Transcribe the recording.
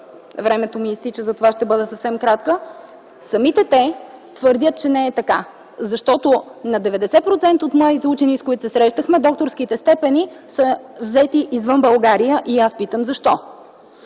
Времето ми изтича и затова ще бъда съвсем кратка. Самите те твърдят, че не е така. Защото на 90% от младите учени, с които се срещахме, докторските степени са взети извън България и аз питам – защо?